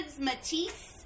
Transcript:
Matisse